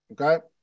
okay